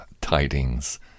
tidings